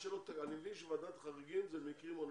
אני מבין שוועדת חריגים זה במקרים הומניטריים,